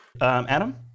Adam